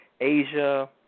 Asia